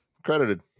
credited